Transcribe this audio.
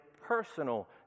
personal